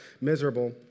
miserable